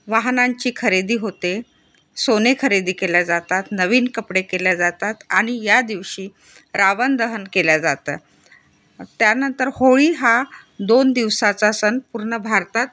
वाहनांची खरेदी होते सोने खरेदी केल्या जातात नवीन कपडे केल्या जातात आणि या दिवशी रावण दहन केल्या जातं त्यानंतर होळी हा दोन दिवसाचा सण पूर्ण भारतात